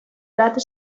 that